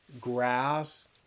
grass